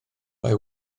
mae